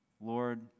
Lord